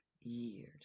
years